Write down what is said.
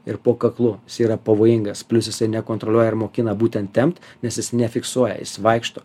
ir po kaklu jisai yra pavojingas plius jisai nekontroliuoja ir mokina būtent tempt nes jis nefiksuoja jis vaikšto